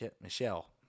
Michelle